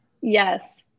Yes